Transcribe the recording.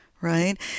right